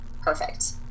perfect